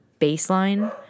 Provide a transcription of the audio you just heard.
baseline